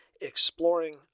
exploring